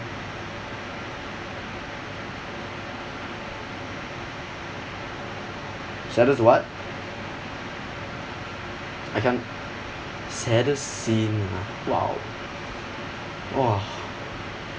saddest what I can't saddest scene ah !wow! !wah!